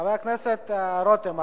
חבר הכנסת רותם,